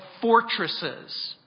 fortresses